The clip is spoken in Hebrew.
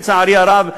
לצערי הרב,